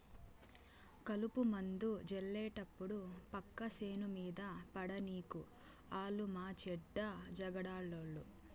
కలుపుమందు జళ్లేటప్పుడు పక్క సేను మీద పడనీకు ఆలు మాచెడ్డ జగడాలోళ్ళు